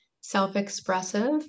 self-expressive